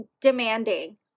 demanding